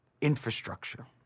infrastructure